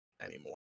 anymore